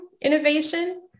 innovation